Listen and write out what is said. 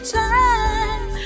time